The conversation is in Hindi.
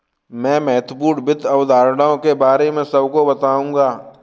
मैं महत्वपूर्ण वित्त अवधारणाओं के बारे में सबको बताऊंगा